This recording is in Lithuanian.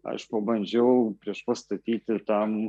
aš pabandžiau priešpastatyti tam